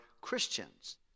Christians